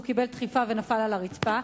הוא קיבל דחיפה ונפל על הרצפה,